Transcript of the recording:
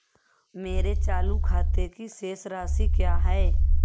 मेरे चालू खाते की शेष राशि क्या है?